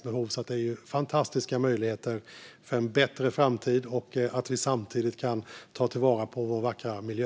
Det är fråga om fantastiska möjligheter för en bättre framtid, och samtidigt kan vi ta vara på vår vackra miljö.